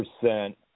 percent